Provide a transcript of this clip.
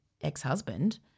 ex-husband